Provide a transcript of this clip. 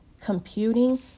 computing